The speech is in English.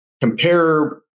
compare